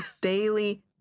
daily